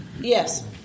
Yes